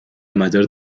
mayor